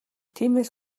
тиймээс